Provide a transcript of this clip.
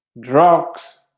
Drugs